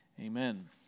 amen